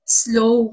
slow